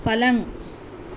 پلنگ